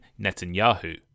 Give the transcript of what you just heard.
Netanyahu